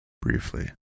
briefly